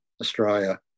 Australia